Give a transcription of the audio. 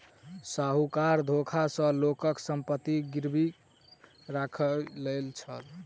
साहूकार धोखा सॅ लोकक संपत्ति गिरवी राइख लय छल